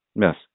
yes